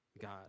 God